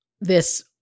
this-